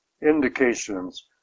indications